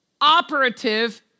operative